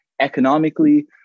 economically